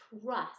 trust